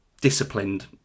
disciplined